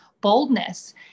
boldness